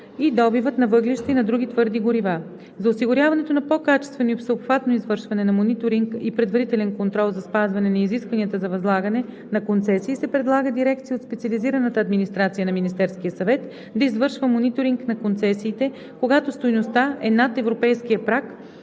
и добивът на въглища и на други твърди горива. За осигуряването на по-качествено и всеобхватно извършване на мониторинг и предварителен контрол за спазване на изискванията за възлагане на концесии се предлага дирекция от специализираната администрация на Министерския съвет да извършва мониторинг на концесиите, когато стойността е над европейския праг